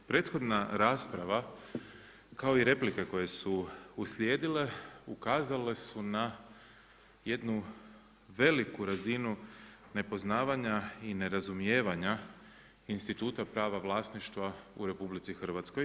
Prethodna rasprava kao i replika koje su uslijedile ukazale su na jednu veliku razinu nepoznavanja i nerazumijevanja instituta prava vlasništva u RH.